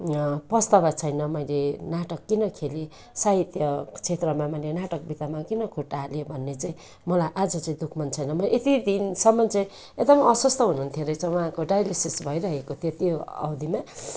पछतावा छैन मैले नाटक किन खेलेँ साहित्य क्षेत्रमा मैले नाटक विधामा किन खुट्टा हालेँ भन्ने चाहिँ मलाई आज चाहिँ दुःख मन छैन म यत्ति दिनसम्म चाहिँ एकदमै अस्वस्थ्य हुनुहुन्थ्यो रहेछ उहाँको डायलाइसिस भइरहेको त्यो अवधिमा